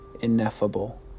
ineffable